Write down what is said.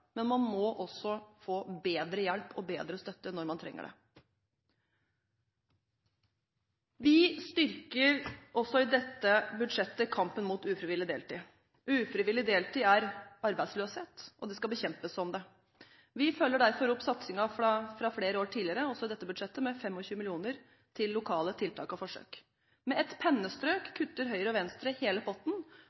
Men man må også få bedre hjelp og bedre støtte når man trenger det. Vi styrker også i dette budsjettet kampen mot ufrivillig deltid. Ufrivillig deltid er arbeidsløshet, og det skal bekjempes som det. Vi følger derfor opp satsingen fra flere år tidligere også i dette budsjettet, med 25 mill. kr til lokale tiltak og forsøk. Med et pennestrøk kutter Høyre og Venstre hele potten